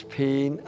pain